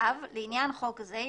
(ו) לעניין חוק זה,